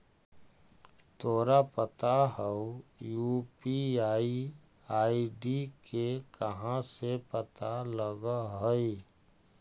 तोरा पता हउ, यू.पी.आई आई.डी के कहाँ से पता लगऽ हइ?